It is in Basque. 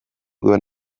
duen